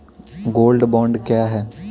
Gold bond क्या है?